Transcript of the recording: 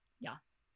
Yes